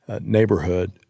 neighborhood